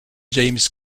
james